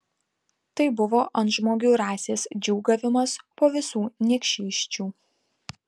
tai buvo antžmogių rasės džiūgavimas po visų niekšysčių